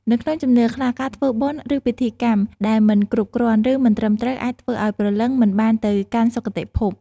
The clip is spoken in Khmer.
នៅក្នុងជំនឿខ្លះ ការធ្វើបុណ្យ ឬពិធីកម្មដែលមិនគ្រប់គ្រាន់ ឬមិនត្រឹមត្រូវអាចធ្វើឱ្យព្រលឹងមិនបានទៅកាន់សុគតិភព។